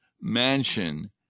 mansion